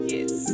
Yes